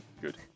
good